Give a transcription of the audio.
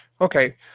Okay